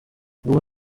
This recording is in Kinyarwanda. ubwo